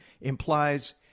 implies